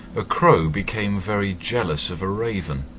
a crow became very jealous of a raven,